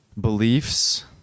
beliefs